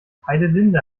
heidelinde